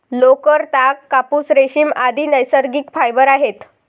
लोकर, ताग, कापूस, रेशीम, आदि नैसर्गिक फायबर आहेत